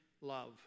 love